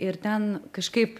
ir ten kažkaip